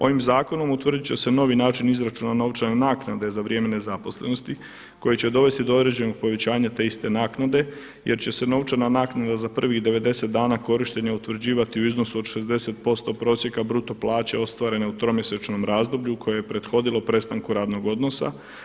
Ovim zakonom utvrdit će se novi način izračuna novčane naknade za vrijeme nezaposlenosti koji će dovesti do određenog povećanja te iste naknade jer će se novčana naknada za prvih 90 dana korištenja utvrđivati u iznosu od 60% prosjeka bruto plaće ostvarene u tromjesečnom razdoblju koje je prethodilo prestanku radnog odnosa.